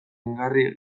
mingarri